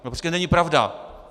To prostě není pravda.